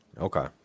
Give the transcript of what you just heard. okay